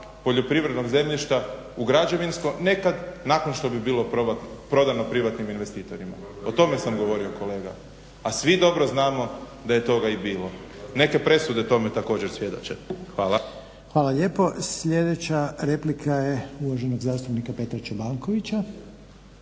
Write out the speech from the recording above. poljoprivrednog zemljišta u građevinsko nekad nakon što bi bilo prodano privatnim investitorima. O tome sam govorio kolega. A svi dobro znamo da je toga i bilo. Neke presude tome također svjedoče. Hvala. **Reiner, Željko (HDZ)** Hvala lijepo. Sljedeća replika je uvaženog zastupnika Petra Čobankovića.